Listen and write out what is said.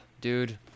dude